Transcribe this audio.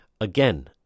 again